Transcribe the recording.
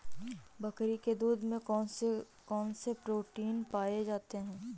बकरी के दूध में कौन कौनसे प्रोटीन पाए जाते हैं?